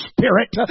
Spirit